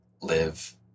live